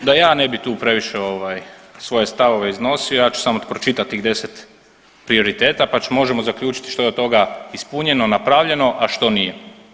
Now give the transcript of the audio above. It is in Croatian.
E sad da ja ne bi tu previše ovaj svoje stavove iznosio ja ću samo pročitat tih 10 prioriteta, pa možemo zaključit što je od toga ispunjeno i napravljeno, a što nije.